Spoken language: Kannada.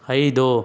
ಐದು